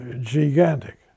gigantic